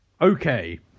okay